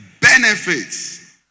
benefits